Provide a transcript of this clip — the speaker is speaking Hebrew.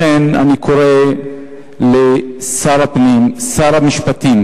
לכן אני קורא לשר הפנים ולשר המשפטים